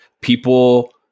people